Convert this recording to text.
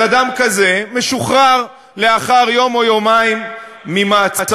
אז אדם כזה משוחרר לאחר יום או יומיים ממעצרו.